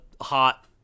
hot